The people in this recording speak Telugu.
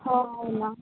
అవునా